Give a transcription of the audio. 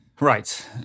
right